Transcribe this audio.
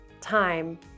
time